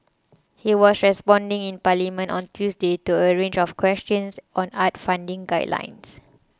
he was responding in Parliament on Tuesday to a range of questions on arts funding guidelines